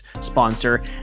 sponsor